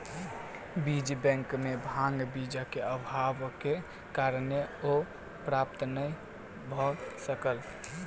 बीज बैंक में भांग बीजक अभावक कारणेँ ओ प्राप्त नै भअ सकल